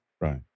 Right